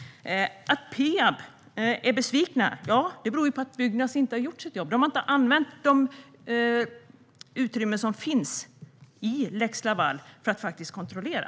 Att Peab är besvikna beror på att Byggnads inte har gjort sitt jobb. De har inte använt det utrymme som finns i lex Laval för att faktiskt kontrollera.